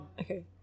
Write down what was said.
Okay